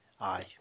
Aye